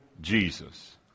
Jesus